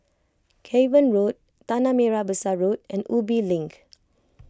Cavan Road Tanah Merah Besar Road and Ubi Link